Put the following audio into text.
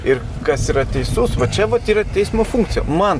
ir kas yra teisus va čia vat yra teismo funkcija man